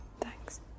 Thanks